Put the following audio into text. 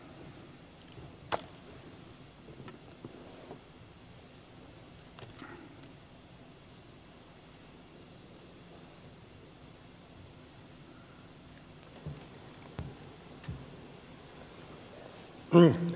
arvoisa puhemies